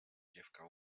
dziewka